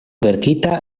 verkita